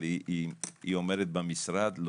היא אומרת: במשרד.